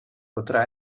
potrà